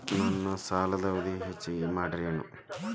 ನನ್ನ ಸಾಲದ ಅವಧಿ ಹೆಚ್ಚಿಗೆ ಮಾಡ್ತಿರೇನು?